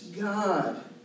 God